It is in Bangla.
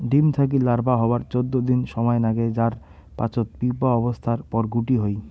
ডিম থাকি লার্ভা হবার চৌদ্দ দিন সমায় নাগে যার পাচত পিউপা অবস্থার পর গুটি হই